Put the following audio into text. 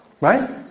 right